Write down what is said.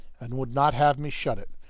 and would not have me shut it.